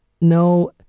no